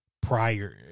prior